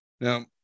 Now